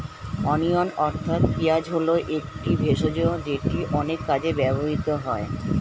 onion অর্থাৎ পেঁয়াজ হল একটি ভেষজ যেটি অনেক কাজে ব্যবহৃত হয়